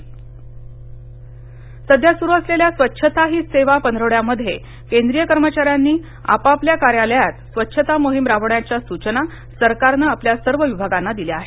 रुवच्छता सध्या सुरु असलेल्या स्वच्छता ही सेवा पंधरवड्यामध्ये केंद्रीय कर्मचाऱ्यांनी आपापल्या कार्यालयांत स्वच्छता मोहीम राबवण्याच्या सूचना सरकारनं आपल्या सर्व विभागांना दिल्या आहेत